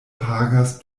pagas